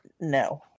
no